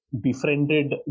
befriended